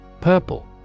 Purple